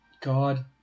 God